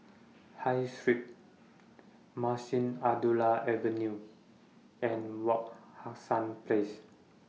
High Street Munshi Abdullah Avenue and Wak Hassan Place